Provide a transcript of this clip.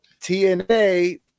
TNA